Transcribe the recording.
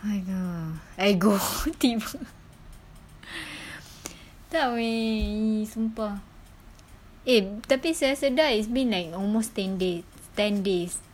!aiyo! I got tiba wei sumpah eh tapi sedar sedar it's like almost ten days ten days